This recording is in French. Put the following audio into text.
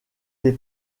des